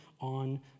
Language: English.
on